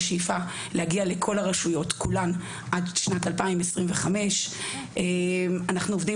יש שאיפה להגיע לכל הרשויות עד שנת 2025. אנחנו עובדים